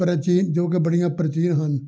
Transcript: ਪ੍ਰਾਚੀਨ ਜੋ ਕਿ ਬੜੀਆਂ ਪ੍ਰਚੀਨ ਹਨ